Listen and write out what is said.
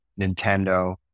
Nintendo